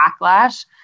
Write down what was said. backlash